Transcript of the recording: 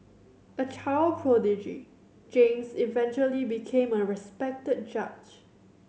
a child prodigy James eventually became a respected judge